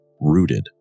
rooted